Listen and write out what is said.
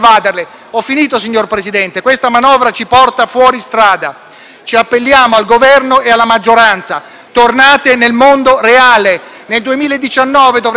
Ci appelliamo al Governo e alla maggioranza: tornate nel mondo reale. Nel 2019 dovremo collocare 400 miliardi di euro di titoli di Stato.